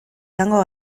jango